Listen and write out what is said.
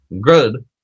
good